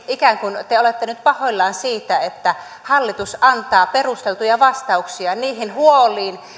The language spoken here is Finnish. ikään kuin te te olette nyt pahoillanne siitä että hallitus antaa perusteltuja vastauksia niihin huoliin